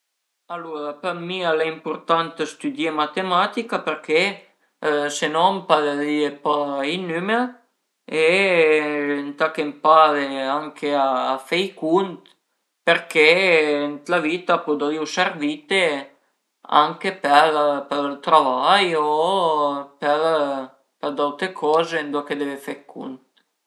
Alura për mi al e impurtant stüdié matematica përché se no ëmparerìa pa i nümer e ëntà ch'empare anche a fe i cunt përché ën la vita a pudrìu servite anche për ël travai o per d'aute coze ëndua che deve fe dë cunt